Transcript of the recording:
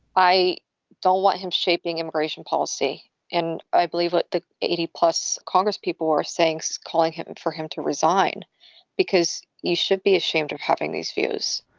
i don't want him shaping immigration policy and i believe ah the eighty plus congress people are saying so calling him for him to resign because you should be ashamed of having these views